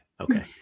Okay